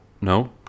no